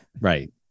right